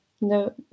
no